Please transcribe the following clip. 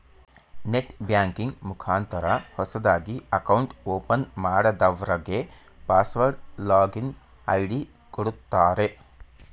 net banking ಮುಖಾಂತರ ಹೊಸದಾಗಿ account open ಮಾಡದವ್ರಗೆ ಪಾಸ್ವರ್ಡ್ ಲಾಗಿನ್ ಐ.ಡಿ ಕೊಡುತ್ತಾರೆ